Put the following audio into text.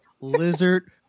lizard